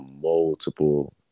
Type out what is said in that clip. multiple